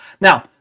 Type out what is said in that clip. Now